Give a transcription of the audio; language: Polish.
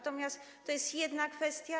To jest jedna kwestia.